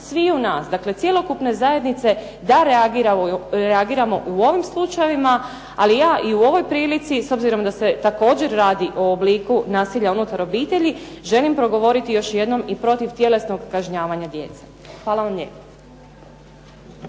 sviju nas, cjelokupne zajednice da reagiramo u ovim slučajevima ali ja i u ovoj prilici, s obzirom da se također radi o obliku nasilja unutar obitelji želim progovoriti još jednom protiv tjelesnog kažnjavanja djece. Hvala vam lijepa.